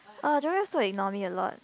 oh Joey also ignore me a lot